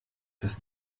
das